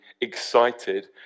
excited